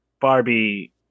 Barbie